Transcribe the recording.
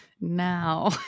now